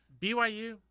BYU